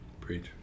Preach